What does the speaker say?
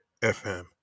FM